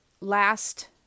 last